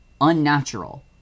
unnatural